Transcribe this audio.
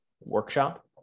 workshop